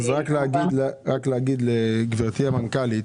גברתי המנכ"לית,